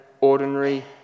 ordinary